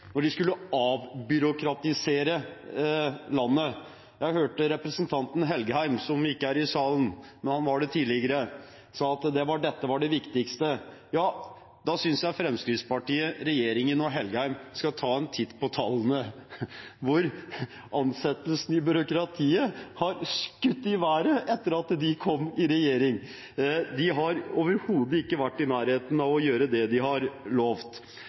når de skulle avbyråkratisere landet. Jeg hørte representanten Engen-Helgheim – han er ikke i salen nå, men han var det tidligere – si at dette var det viktigste. Ja, da synes jeg at Fremskrittspartiet, regjeringen og Engen-Helgheim skal ta en titt på tallene som viser at ansettelsene i byråkratiet har skutt i været etter at de kom i regjering. De har overhodet ikke vært i nærheten av å gjøre det de har